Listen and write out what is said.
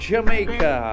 Jamaica